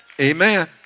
amen